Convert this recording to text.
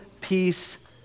peace